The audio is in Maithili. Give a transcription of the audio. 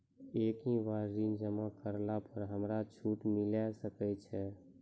एक ही बार ऋण जमा करला पर हमरा छूट मिले सकय छै?